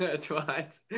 twice